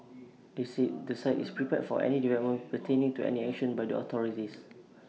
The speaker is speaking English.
they said the site is prepared for any developments pertaining to any action by the authorities